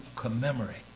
commemorate